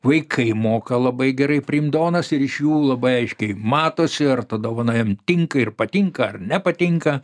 vaikai moka labai gerai priimt dovanas ir iš jų labai aiškiai matosi ar ta dovana jam tinka ir patinka ar nepatinka